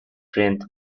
friend